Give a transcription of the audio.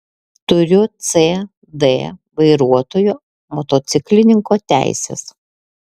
turiu c d vairuotojo motociklininko teises